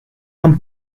i’m